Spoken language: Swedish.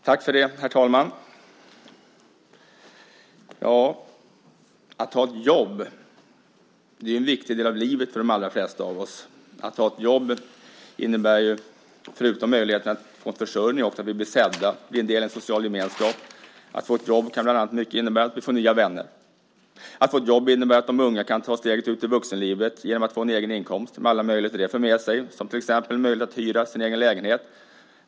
Herr talman! Att ha ett jobb är en viktig del av livet för de allra flesta av oss. Att ha ett jobb innebär förutom möjligheten att få försörjning också att vi blir sedda och blir en del av en social gemenskap. Vårt jobb kan bland annat innebära att vi får nya vänner. Att få ett jobb innebär för de unga att de kan ta steget ut i vuxenlivet genom att få en egen inkomst med alla möjligheter det för med sig, som till exempel möjligheten att hyra sin egen lägenhet.